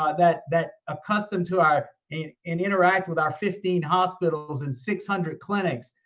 ah that that accustomed to our and and interact with our fifteen hospitals and six hundred clinics.